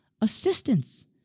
assistance